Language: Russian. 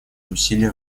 усилия